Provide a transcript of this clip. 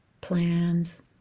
plans